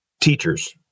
Teachers